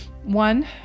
One